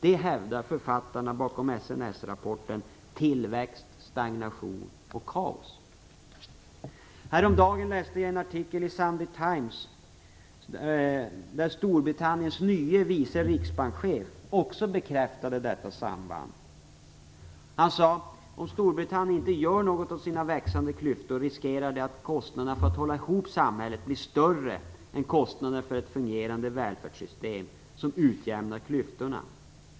Det hävdar författarna bakom SNS Häromdagen läste jag en artikel i Sunday Times, där Storbritanniens nye vice riksbankschef också bekräftade detta samband. Han sade: Om Storbritannien inte gör något åt sina växande klyftor riskerar det att kostnaderna för att hålla ihop samhället blir större än kostnaderna för ett fungerande välfärdssystem som utjämnar klyftorna.